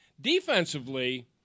Defensively